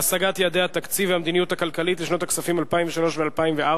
להשגת יעדי התקציב והמדיניות הכלכלית לשנות הכספים 2003 ו-2004)